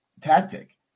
tactic